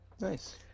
Nice